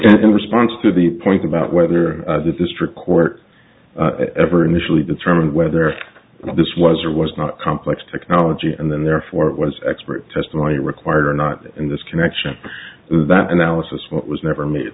in response to the point about whether the district court ever initially determined whether this was or was not a complex technology and then therefore it was expert testimony required or not in this connection that analysis but was never made i